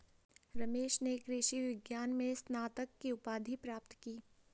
रमेश ने कृषि विज्ञान में स्नातक की उपाधि प्राप्त की